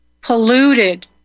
polluted